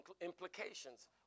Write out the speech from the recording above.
implications